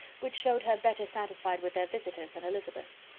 which showed her better satisfied with their visitors, than elizabeth.